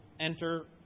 enter